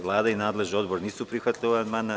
Vlada i nadležni odbor nisu prihvatili ovaj amandman.